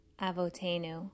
Avotenu